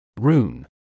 Rune